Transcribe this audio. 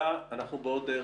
תודה רבה, הישיבה נעולה.